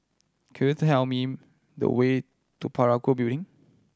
could you tell me the way to Parakou Building